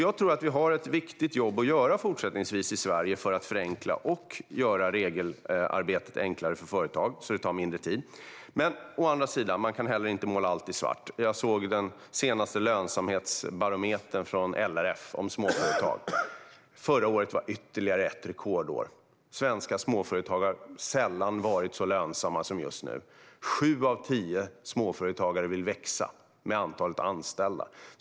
Jag tror att vi har ett viktigt jobb att göra fortsättningsvis i Sverige för att förenkla och göra regelarbetet enklare för företag, så att det tar mindre tid. Men man kan heller inte måla allt i svart. Jag såg LRF:s senaste lönsamhetsbarometer om småföretag. Förra året var ytterligare ett rekordår; svenska småföretag har sällan varit så lönsamma som just nu. Sju av tio småföretagare vill växa avseende antalet anställda.